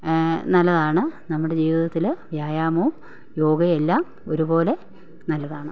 നല്ലതാണ് നമ്മുടെ ജീവിതത്തിൽ വ്യായാമവും യോഗയെല്ലാം ഒരുപോലെ നല്ലതാണ്